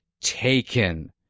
taken